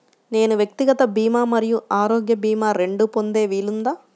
నేను వ్యక్తిగత భీమా మరియు ఆరోగ్య భీమా రెండు పొందే వీలుందా?